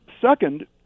Second